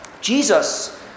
Jesus